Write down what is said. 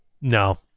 no